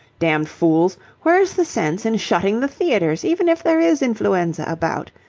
damned fools! where's the sense in shutting the theatres, even if there is influenza about?